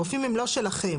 הרופאים הם לא שלכם?